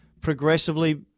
progressively